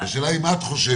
השאלה היא אם את חושבת,